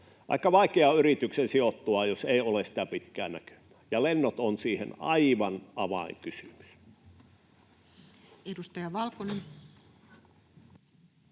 Aika vaikea on yrityksen sijoittua, jos ei ole sitä pitkää näkymää, ja lennot ovat siihen aivan avainkysymys. [Speech